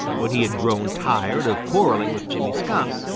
when he had grown tired of quarreling with jimmy skunk,